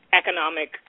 economic